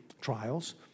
trials